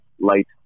light